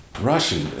Russian